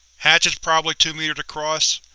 hatch is probably two meters across,